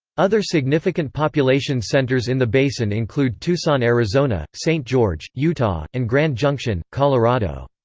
other significant population centers in the basin include tucson, arizona st. george, utah and grand junction, colorado.